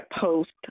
post